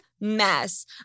mess